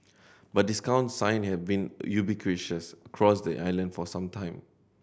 but discount sign have been ubiquitous across the island for some time